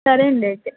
సరే అండి అయితే